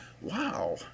wow